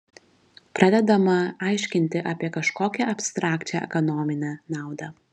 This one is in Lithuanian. pradedama aiškinti apie kažkokią abstrakčią ekonominę naudą